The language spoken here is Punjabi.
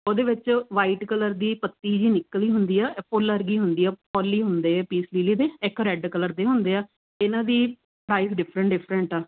ਉਹਦੇ ਵਿੱਚ ਵਾਈਟ ਕਲਰ ਦੀ ਪੱਤੀ ਜੀ ਨਿਕਲੀ ਹੁੰਦੀ ਆ ਇਹ ਪੁੱਲ ਵਰਗੀ ਹੁੰਦੀ ਆ ਪੋਲੀ ਹੁੰਦੇ ਆ ਪੀਸ ਲੀਲੀ ਦੇ ਇੱਕ ਰੈਡ ਕਲਰ ਦੇ ਹੁੰਦੇ ਆ ਇਹਨਾਂ ਦੀ ਟਾਈਪ ਡਿਫਰੈਂਟ ਡਿਫਰੈਂਟ ਆ